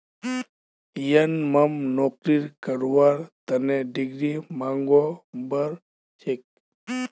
यनमम नौकरी करवार तने डिग्रीर मांगो बढ़ छेक